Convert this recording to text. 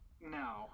No